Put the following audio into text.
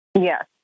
Yes